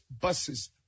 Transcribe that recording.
buses